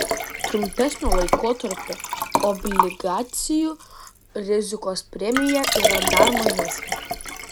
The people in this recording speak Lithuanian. trumpesnio laikotarpio obligacijų rizikos premija yra dar mažesnė